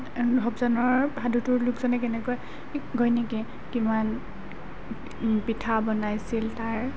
সৰবজানৰ সাধুটোৰ লোকজনে কেনেকৈ গৈ নেকি কিমান পিঠা বনাইছিল তাৰ